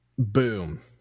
Boom